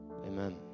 Amen